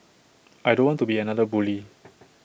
I don't want to be another bully